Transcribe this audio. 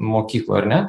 mokyklų ar ne